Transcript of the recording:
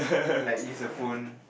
like use your phone